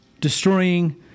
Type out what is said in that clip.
destroying